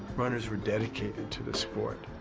runners were dedicated to the sport.